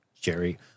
jerry